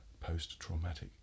post-traumatic